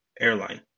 Airline